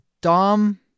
Dom